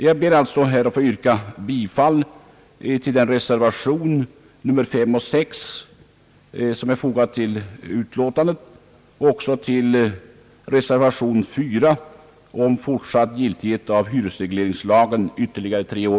Jag ber att få yrka bifall till reservationerna V och VI, som är fogade till detta utlåtande, samt till reservation IV om fortsatt giltighet av hyresregleringslagen ytterligare tre år.